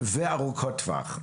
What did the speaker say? וארוכות טווח,